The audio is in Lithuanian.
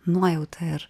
nuojautą ir